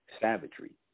savagery